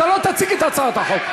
אתה לא תציג את הצעת החוק.